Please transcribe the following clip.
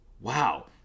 wow